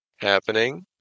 happening